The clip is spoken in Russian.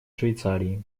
швейцарии